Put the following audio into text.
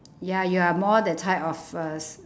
ya you are more the type of uh s~